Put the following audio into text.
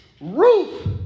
Ruth